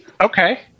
okay